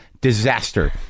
disaster